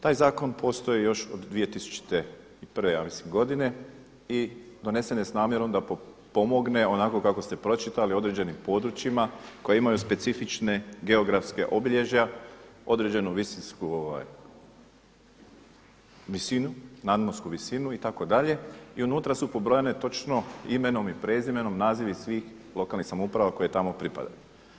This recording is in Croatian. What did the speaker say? Taj zakon postoji još od 2001. godine i donesen je s namjerom da pomogne onako kako ste pročitali određenim područjima koja imaju specifična geografska obilježja, određenu visinsku nadmorsku visinu itd. i unutra su pobrojane točno imenom i prezimenom nazivi svih lokalnih samouprava koje tamo pripadaju.